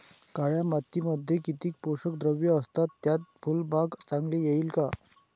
काळ्या मातीमध्ये किती पोषक द्रव्ये असतात, त्यात फुलबाग चांगली येईल का?